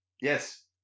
Yes